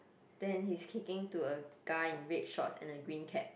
then he's kicking to a guy in red shorts and a green cap